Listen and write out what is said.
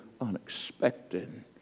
unexpected